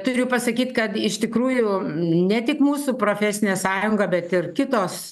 turiu pasakyt kad iš tikrųjų ne tik mūsų profesinė sąjunga bet ir kitos